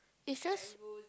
is just